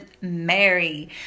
Mary